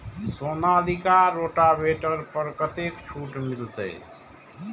Sonalika rotavator पर कतेक छूट मिलते?